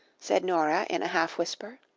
said nora, in a half whisper.